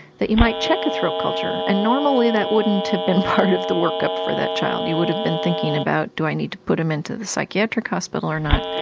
that you might check a throat culture. and normally that wouldn't have been part of the workup for that child. you would have been thinking about do i need to put um into the psychiatric hospital or not?